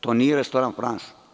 To nije restoran „Franš“